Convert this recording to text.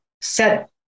set